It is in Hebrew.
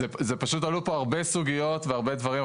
זה פשוט שעלו פה הרבה סוגיות והרבה דברים.